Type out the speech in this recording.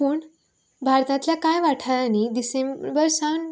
पूण भारतांतल्या कांय वाठारांनी डिसेंबर सावन